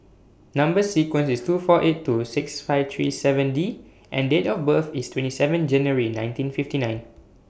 Number sequence IS T four eight two six five three seven D and Date of birth IS twenty even January nineteen fifty nine